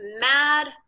mad